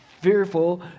fearful